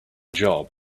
job